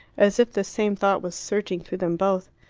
as if the same thought was surging through them both.